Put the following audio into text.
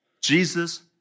Jesus